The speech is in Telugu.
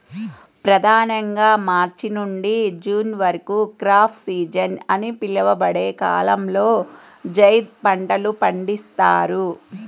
ప్రధానంగా మార్చి నుండి జూన్ వరకు క్రాప్ సీజన్ అని పిలువబడే కాలంలో జైద్ పంటలు పండిస్తారు